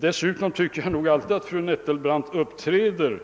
Dessutom tycker jag att fru Neltcelbrandt alltid uppiräder